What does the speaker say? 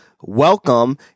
welcome